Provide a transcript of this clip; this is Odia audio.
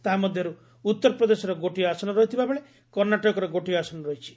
ତାହା ମଧ୍ୟରୁ ଉତ୍ତରପ୍ରଦେଶର ଗୋଟିଏ ଆସନ ରହିଥିବା ବେଳେ କର୍ଷାଟକର ଗୋଟିଏ ଆସନ ରହିଛି